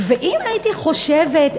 ואם הייתי חושבת,